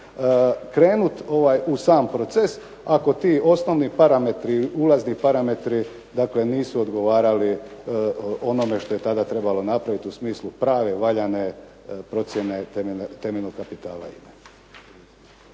krenuti u sam proces ako ti osnovni parametri, ulazni parametri nisu odgovarali onome što je tada trebalo napraviti u smislu prave valjane procjene temeljnog kapitala